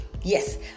Yes